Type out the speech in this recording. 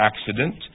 accident